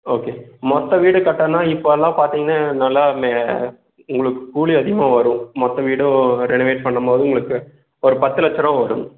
okay மொத்த வீடு கட்டணுன்னா இப்போ எல்லாம் பார்த்திங்கன்னா நல்லா மே உங்களுக்கு கூலி அதிகமாக வரும் மொத்த வீடும் ரெனவேட் பண்ணும் போது உங்களுக்கு ஒரு பத்து லட்சரூபா வருங்க